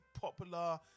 popular